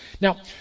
Now